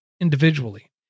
individually